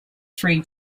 three